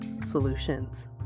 solutions